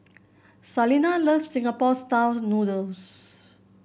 Salina loves Singapore style noodles